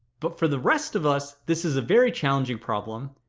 but for the rest of us, this is a very challenging problem,